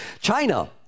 China